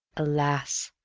alas!